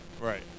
right